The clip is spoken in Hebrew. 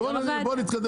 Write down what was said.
אז בוא נעשה פוליטיקה,